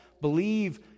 believe